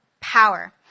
power